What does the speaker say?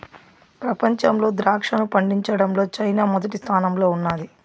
ప్రపంచంలో ద్రాక్షను పండించడంలో చైనా మొదటి స్థానంలో ఉన్నాది